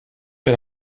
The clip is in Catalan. per